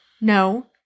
no